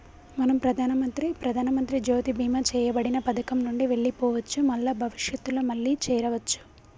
మనం ప్రధానమంత్రి ప్రధానమంత్రి జ్యోతి బీమా చేయబడిన పథకం నుండి వెళ్లిపోవచ్చు మల్ల భవిష్యత్తులో మళ్లీ చేరవచ్చు